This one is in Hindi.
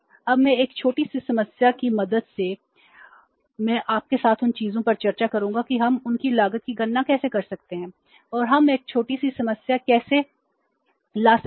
अब मैं एक छोटी सी समस्या की मदद से मैं आपके साथ उन चीजों पर चर्चा करूँगा कि हम उनकी लागत की गणना कैसे कर सकते हैं और हम एक छोटी सी समस्या कैसे ला सकते हैं